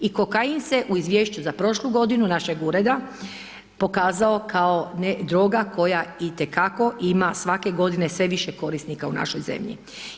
I kokain se u izvješću za prošlu godinu našeg ureda pokazao kao droga koja itekako ima svake godine sve više korisnika u našoj zemlji.